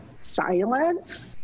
silence